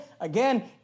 again